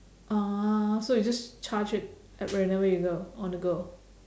uh so you just charge it at wherever you go on the go